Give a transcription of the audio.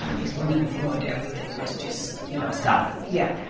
um these women have ruined everything. let's just, you know. stop it yeah.